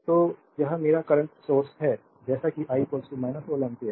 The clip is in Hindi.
संदर्भ स्लाइड टाइम 2244 तो यह मेरा करंट सोर्स है जैसा कि I 16 एम्पीयर